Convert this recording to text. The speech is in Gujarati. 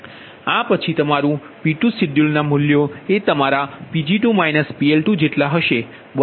આ પછી તમારું P2scheduled ના મૂલ્યો એ તમારાPg2 PL2 જેટલા હશે